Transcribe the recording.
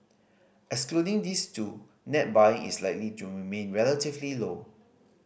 excluding these two net buying is likely to remain relatively low